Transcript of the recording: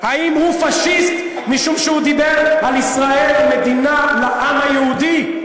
האם הוא פאשיסט משום שהוא דיבר על ישראל כמדינה לעם היהודי?